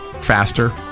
faster